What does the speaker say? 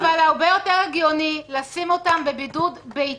ואחר כך נעלה אנשים שיציגו בעיות שונות שהם רואים,